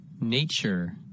nature